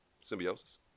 symbiosis